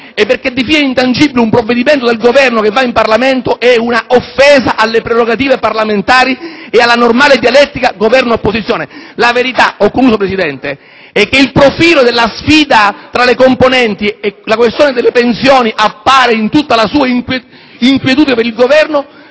luogo, definire intangibile un provvedimento del Governo che viene presentato al Parlamento è un'offesa alle prerogative parlamentari e alla normale dialettica Governo-opposizione. La verità, e concludo, è che il profilo della sfida tra le componenti - e la questione delle pensioni appare come fonte di grande inquietudine per il Governo